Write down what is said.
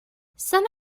some